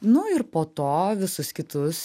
nu ir po to visus kitus